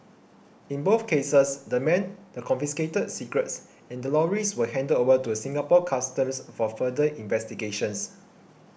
in both cases the men the confiscated cigarettes and the lorries were handed over to Singapore Customs for further investigations